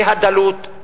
מהדלות,